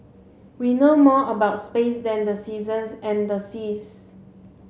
we know more about space than the seasons and the seas